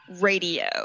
radio